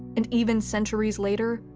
and even centuries later,